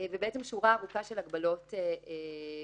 ושורה ארוכה של הגבלות כדי